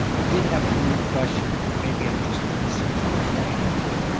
i did have one question and maybe i'm just missing the point, but.